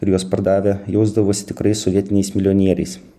ir juos pardavę jausdavosi tikrais sovietiniais milijonieriais